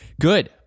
Good